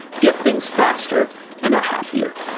get things faster and are happier.